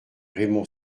rené